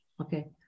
Okay